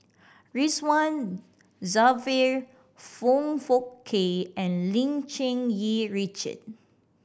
Ridzwan Dzafir Foong Fook Kay and Lim Cherng Yih Richard